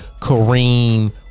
Kareem